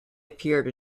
appeared